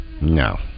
No